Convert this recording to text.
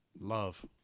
Love